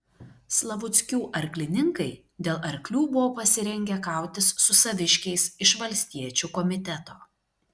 slavuckių arklininkai dėl arklių buvo pasirengę kautis su saviškiais iš valstiečių komiteto